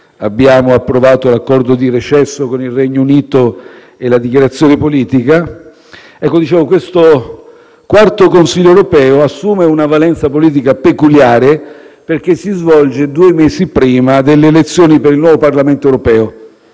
abbiamo approvato l'accordo di recesso con il Regno Unito e la dichiarazione politica. Questo quarto Consiglio europeo assume una valenza politica peculiare perché si svolge due mesi prima delle elezioni per il nuovo Parlamento europeo